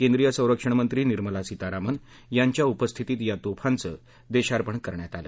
केंद्रीय संरक्षण मंत्री निर्मला सीतारामन यांच्या उपस्थितीत या तोफाचं देशार्पण करण्यात आलं